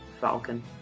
Falcon